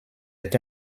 est